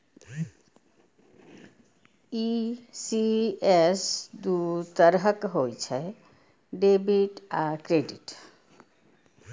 ECS दू तरहक होइ छै, डेबिट आ क्रेडिट